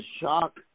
shock